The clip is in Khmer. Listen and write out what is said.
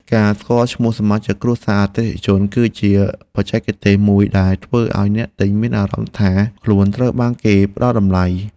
ការស្គាល់ឈ្មោះសមាជិកគ្រួសារអតិថិជន គឺជាបច្ចេកទេសមួយដែលធ្វើឱ្យអ្នកទិញមានអារម្មណ៍ថាខ្លួនត្រូវបានគេផ្ដល់តម្លៃ។